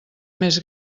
més